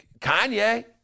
Kanye